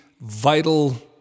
vital